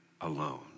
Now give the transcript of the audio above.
alone